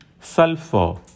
sulfur